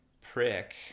prick